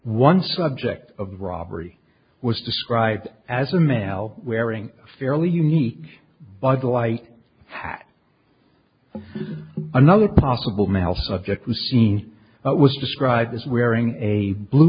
one subject of robbery was described as a male wearing fairly unique by the light another possible male subject was seen what was described as wearing a blue